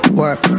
work